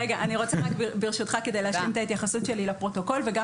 אני רוצה רק ברשותך כדי להשלים את ההתייחסות שלי לפרוטוקול וגם